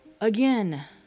again